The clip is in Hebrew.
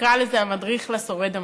נקרא לזה "המדריך לשורד המתחיל".